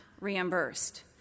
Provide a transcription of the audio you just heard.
reimbursed